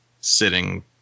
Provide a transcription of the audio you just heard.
sitting